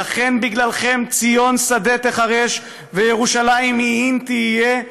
"לכן בגללכם ציון שדה תחרש וירושלם עיין תהיה,